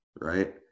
Right